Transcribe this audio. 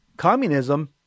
Communism